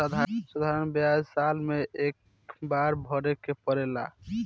साधारण ब्याज साल मे एक्के बार भरे के पड़ेला